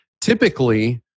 Typically